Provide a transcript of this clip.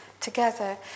Together